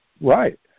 Right